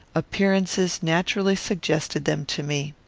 appearances naturally suggested them to me.